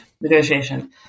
Negotiation